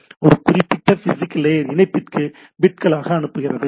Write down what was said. அந்த குறிப்பிட்ட physical layer இணைப்பிற்கு பிட்களாக அனுப்புகிறது